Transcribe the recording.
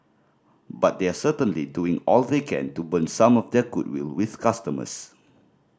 but they're certainly doing all they can to burn some of their goodwill with customers